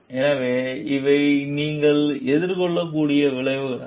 எனவே இவை நீங்கள் எதிர்கொள்ளக்கூடிய விளைவுகளாக இருக்கலாம்